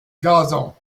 gazon